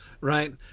right